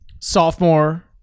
Sophomore